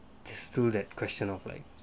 the stool that question of like